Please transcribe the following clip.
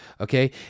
Okay